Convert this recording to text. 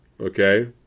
Okay